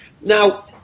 now